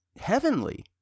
heavenly